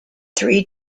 three